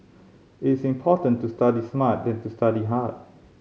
it is important to study smart than to study hard